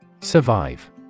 Survive